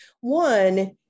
One